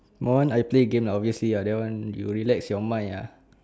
my one I play game lah obviously lah that one you relax your mind ah